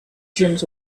dreams